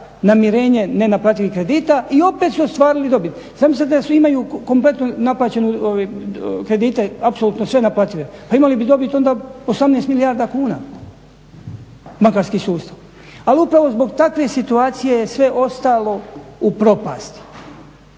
nemirenje nenaplativih kredita i opet su ostvarili dobit. zamislite da svi imaju kompletnu naplaćenu, kredite apsolutne sve naplative, pa imali bi dobit onda 18 milijardi kuna bankarski sustav. Ali upravo zbog takve situacije je sve ostalo u propasti.